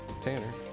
tanner